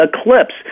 Eclipse